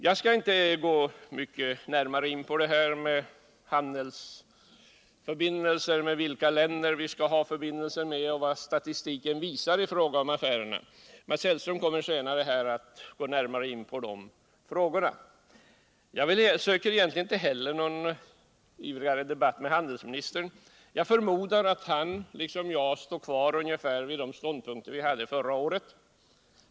Jag skall inte gå närmare in på frågan med vilka länder vi skall ha handetsförbindelser och vad statistiken visar beträffande affärerna. Mats Hellström kommer senare att närmare ta upp dessa frågor. Inte heller söker jag någon debatt med handelsministern. Jag förmodar att han, liksom jag, har ungefär samma ståndpunkt som förra året.